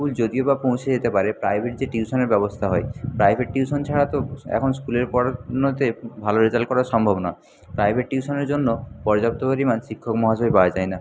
school যদিও বা পৌঁছে যেতে পারে প্রাইভেট যে টিউশনের ব্যবস্থা হয় প্রাইভেট টিউশন ছাড়া তো এখন স্কুলের পড়ানোতে ভালো রেজাল্ট করা সম্ভব নয় প্রাইভেট টিউশনের জন্য পর্যাপ্ত পরিমাণ শিক্ষক মহাশয় পাওয়া যায় না